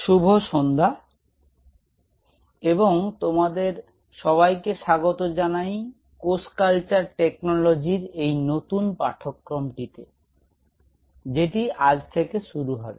শুভ সন্ধ্যা এবং তোমাদের সবাইকে স্বাগত জানাই কোষ কালচার টেকনোলজির এই নতুন পাঠ্যক্রমটিতে যেটি আজ থেকে শুরু হবে